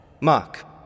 Mark